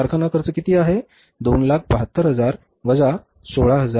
कारखाना खर्च किती आहे 272000 वजा 16000